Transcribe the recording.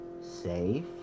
safe